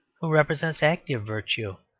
who represents active virtue.